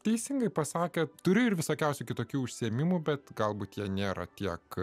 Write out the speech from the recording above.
teisingai pasakė turiu ir visokiausių kitokių užsiėmimų bet galbūt jie nėra tiek